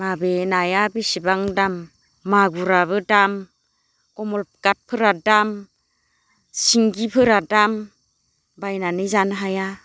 माबे नाया बेसेबां दाम मागुराबो दाम खमल खाथफोरा दाम सिंगिफोरा दाम बायनानै जानो हाया